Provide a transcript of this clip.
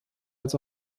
als